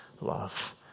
love